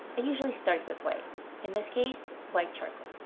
i usually start with white. in this case, white charcoal.